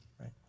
right